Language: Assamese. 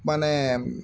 মানে